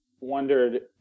wondered